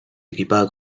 equipada